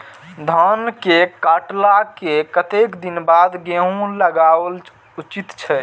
धान के काटला के कतेक दिन बाद गैहूं लागाओल उचित छे?